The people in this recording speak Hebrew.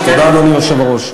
תודה, אדוני היושב-ראש.